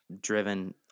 driven